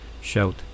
shout